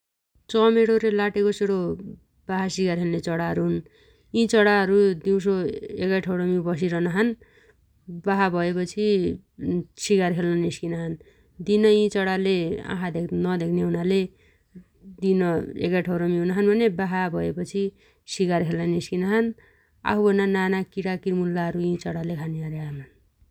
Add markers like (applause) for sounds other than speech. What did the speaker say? चमेणो रे लाटेकोसेणो बासा सिगार खेल्ले चणाहरू हुन् । यी चणाहरू दिउसो एगै ठौरमी बसिरनाछन्, बासा भएपछि (hesitation) सिगार खेल्ल निस्किनाछन् । दिन यि चणाले आँखा धेग-नधेग्ने हुनाले दिन एगाइ ठौरमी हुनाछन् भने बासा भएपछि सिगार खेल्लाइ निस्कीनाछन् । आफुभन्ना नाना किणा किर्मुल्लाहरुखी यि चणाले खान्या अर्या हुनाछन् ।